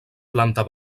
planta